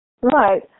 Right